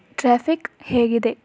traffic ಹೇಗಿದೆ